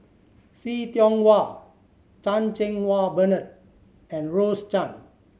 See Tiong Wah Chan Cheng Wah Bernard and Rose Chan